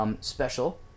Special